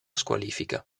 squalifica